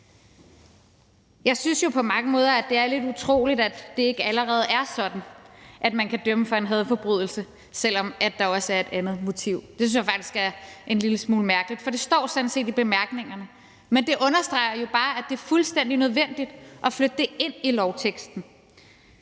Jeg synes jo på mange måder, at det er lidt utroligt, at det ikke allerede er sådan, at man kan dømme for en hadforbrydelse, selv om der også er et andet motiv. Det synes jeg faktisk er en lille smule mærkeligt, for det står sådan set i bemærkningerne, men det understreger jo bare, at det er fuldstændig nødvendigt at flytte det ind i lovteksten.